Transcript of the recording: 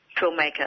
filmmaker